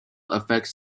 affects